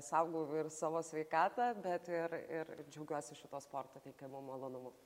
saugau ir savo sveikatą bet ir ir džiaugiuosi šito sporto teikiamu malonumu